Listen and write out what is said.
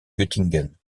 göttingen